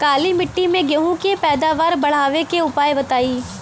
काली मिट्टी में गेहूँ के पैदावार बढ़ावे के उपाय बताई?